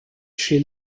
she